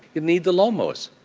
you need the lawn mowers.